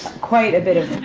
quite a bit of